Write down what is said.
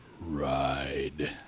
ride